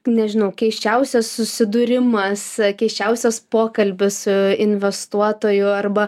nežinau keisčiausias susidūrimas keisčiausias pokalbis su investuotoju arba